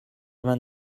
vingt